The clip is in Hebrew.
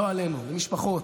לא עלינו, למשפחות